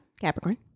Capricorn